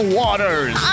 waters